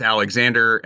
Alexander